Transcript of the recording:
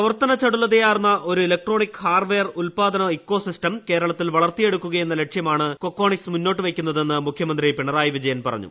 പ്രവർത്തന ചടുലതയാർന്ന ഒരു ഇലക്ട്രോണിക് ഹാർഡ്വെയർ ഉത്പാദന ഇക്കോസിസ്റ്റം കേരളത്തിൽ വളർത്തിയെടുക്കുകയെന്ന ലക്ഷ്യമാണ് കൊക്കോണിക്സ് മുന്നോട്ടുവയ് ക്കുന്നതെന്ന് മുഖ്യമന്ത്രി പിണറായി വിജയൻ പറഞ്ഞു